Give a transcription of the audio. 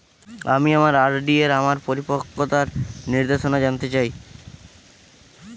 আমি আমার আর.ডি এর আমার পরিপক্কতার নির্দেশনা জানতে চাই